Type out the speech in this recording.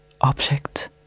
object